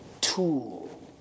tool